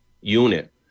unit